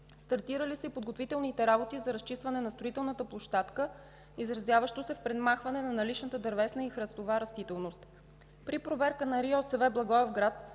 Стартирали са и подготвителните работи за разчистване на строителната площадка, изразяващо се в премахване на наличната дървесна и храстова растителност. При проверка на РИОСВ – Благоевград,